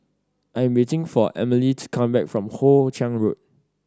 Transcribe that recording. I am waiting for Amalie to come back from Hoe Chiang Road